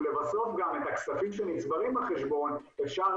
ולבסוף גם את הכספים שנצברים בחשבון אפשר